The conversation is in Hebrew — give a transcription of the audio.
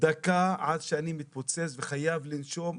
דקה עד שאני מתפוצץ וחייב לנשום,